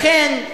לכן,